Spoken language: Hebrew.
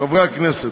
חברי הכנסת,